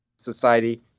society